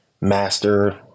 master